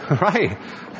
right